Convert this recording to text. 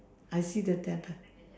I see the temple